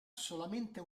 solamente